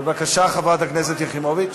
בבקשה, חברת הכנסת יחימוביץ.